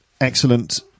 Excellent